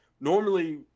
normally